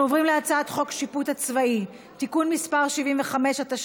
הצעת חוק סדר הדין הפלילי (סמכויות אכיפה,